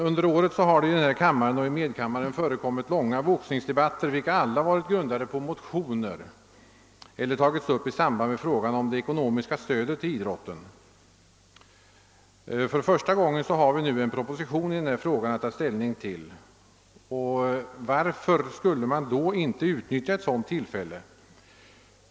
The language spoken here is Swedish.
Under åren har det i denna kammare och medkammaren förekommit långa boxningsdebatter, vilka alla varit grundade på motioner eller tagits upp i samband med frågan om det ekonomiska stödet till idrotten. För första gången har vi nu en proposition i frågan att ta ställning till, och varför skulle man då inte utnyttja ett sådant tillfälle?